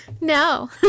no